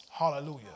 Hallelujah